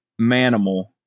manimal